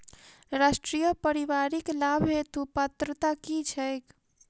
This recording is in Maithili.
राष्ट्रीय परिवारिक लाभ हेतु पात्रता की छैक